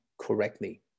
correctly